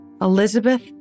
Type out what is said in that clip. Elizabeth